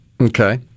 Okay